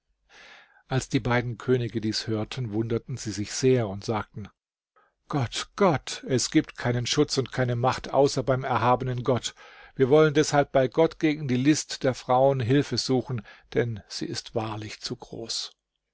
als die beiden könige dies hörten wunderten sie sich sehr und sagten gott gott es gibt keinen schutz und keine macht außer beim erhabenen gott wir wollen deshalb bei gott gegen die list der frauen hilfe suchen denn sie ist wahrlich zu groß